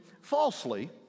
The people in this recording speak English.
falsely